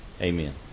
amen